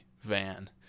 van